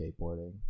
skateboarding